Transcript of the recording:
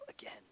again